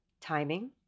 Timing